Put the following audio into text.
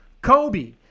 Kobe